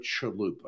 Chalupa